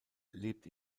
lebt